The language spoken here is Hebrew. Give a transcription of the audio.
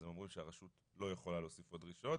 אז הם אומרים שהרשות לא יכולה להוסיף פה דרישות.